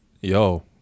Yo